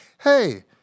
hey